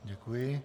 Děkuji.